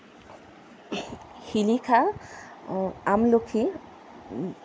শিলিখা আমলখি